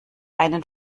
einen